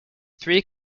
three